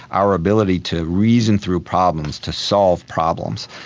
our ability to reason through problems, to solve problems.